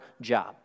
job